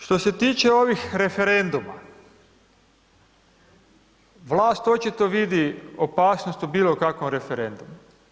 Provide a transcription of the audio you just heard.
Što se tiče ovih referenduma, vlast očito vidi opasnost u bilo kakvom referendumu.